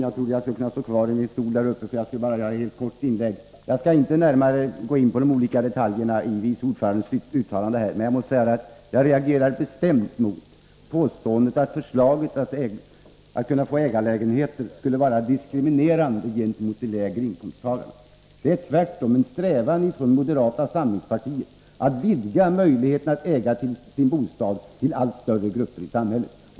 Herr talman! Jag skall inte närmare gå in på de olika detaljerna i vice ordförandens uttalanden. Men jag måste säga att jag reagerar bestämt mot påståendet att förslaget om införande av ägarlägenheter skulle vara diskriminerande gentemot de lägre inkomsttagarna. Det är tvärtom en strävan från moderata samlingspartiet att vidga möjligheten att äga sin bostad till allt större grupper i samhället.